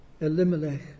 Elimelech